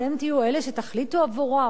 אתם תהיו אלה שתחליטו עבורה,